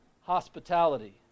hospitality